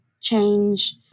change